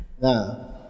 Now